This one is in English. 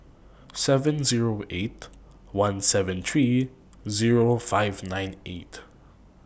seven Zero eight one seven three Zero five nine eight